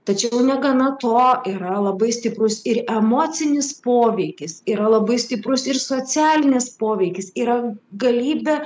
tačiau negana to yra labai stiprus ir emocinis poveikis yra labai stiprus ir socialinis poveikis yra galybė